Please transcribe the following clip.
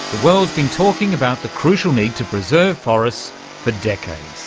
world's been talking about the crucial need to preserve forests for decades,